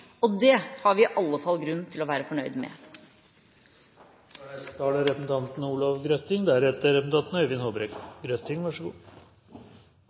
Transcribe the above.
og det har vi i alle fall grunn til å være fornøyd med. Vi får nå en ny lov om diskriminering. Det er